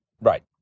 Right